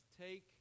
take